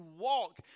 walk